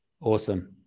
Awesome